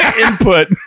input